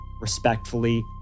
Respectfully